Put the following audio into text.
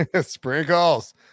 sprinkles